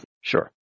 Sure